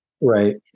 Right